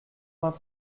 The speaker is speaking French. vingt